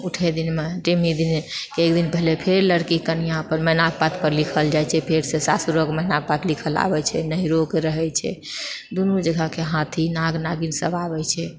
उठै दिनमे टेमी दिनके एक दिन पहले फेर लड़की कनियाँ पर मैनाक पात पर लिखल जाइत छै फेरसँ सासुरक मैना पात लिखल आबैत छै नैहरोके रहैत छै दुनू जगहके हाथी नाग नागिन सभ आबैत छै